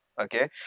Okay